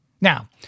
Now